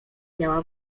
miała